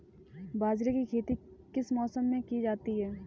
बाजरे की खेती किस मौसम में की जाती है?